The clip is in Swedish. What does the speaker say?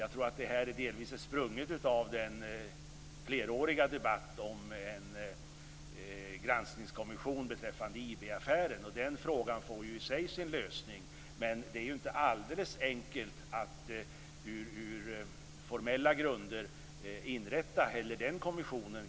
Jag tror att det här delvis är sprunget ur den fleråriga debatten om en granskningskommission beträffande IB-affären, och den frågan får ju i sig sin lösning, men det är ju inte alldeles enkelt att på formella grunder inrätta heller den kommissionen.